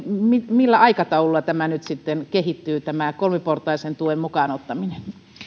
millä aikataululla nyt sitten kehittyy tämä kolmiportaisen tuen mukaan ottaminen